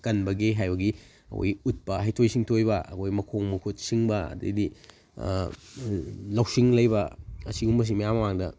ꯀꯟꯕꯒꯦ ꯍꯥꯏꯕꯒꯤ ꯑꯩꯈꯣꯏꯒꯤ ꯎꯠꯄ ꯍꯩꯊꯣꯏ ꯁꯤꯡꯊꯣꯏꯕ ꯑꯩꯈꯣꯏꯒꯤ ꯃꯈꯣꯡ ꯃꯈꯨꯠ ꯁꯤꯡꯕ ꯑꯗꯨꯗꯧꯗꯤ ꯂꯧꯁꯤꯡ ꯂꯩꯕ ꯑꯁꯤꯒꯨꯝꯕꯁꯤ ꯃꯌꯥꯝ ꯃꯃꯥꯡꯗ